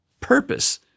purpose